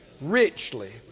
richly